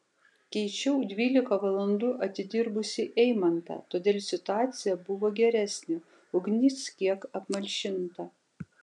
keičiau dvylika valandų atidirbusį eimantą todėl situacija buvo geresnė ugnis kiek apmalšinta